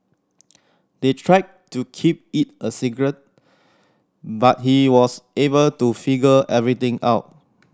they tried to keep it a secret but he was able to figure everything out